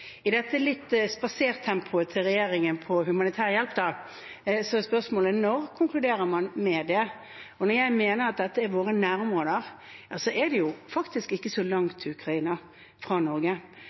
I dette litt spasertempoet til regjeringen når det gjelder humanitær hjelp, så er spørsmålet: Når konkluderer man med det? Når jeg mener at dette er våre nærområder, er det faktisk ikke så langt til Ukraina fra Norge.